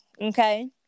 Okay